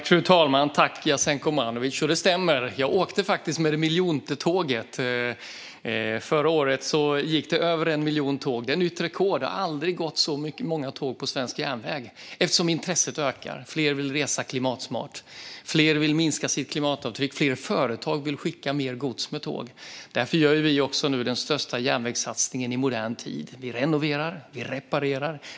Fru talman! Tack, Jasenko Omanovic! Det stämmer. Jag åkte med det miljonte tåget. Förra året gick det över 1 miljon tåg. Det är nytt rekord. Det har aldrig gått så många tåg på svensk järnväg. Intresset ökar, och fler vill resa klimatsmart. Fler vill minska sitt klimatavtryck, och fler företag vill skicka mer gods med tåg. Därför gör vi nu den största järnvägssatsningen i modern tid. Vi renoverar, och vi reparerar.